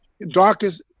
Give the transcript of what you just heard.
darkest